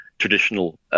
traditional